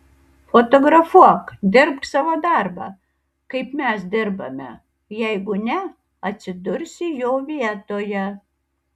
fotografuok dirbk savo darbą kaip mes dirbame jeigu ne atsidursi jo vietoje